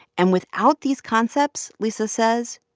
and without these concepts, lisa says,